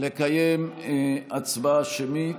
לקיים הצבעה שמית,